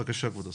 בבקשה כבוד השר.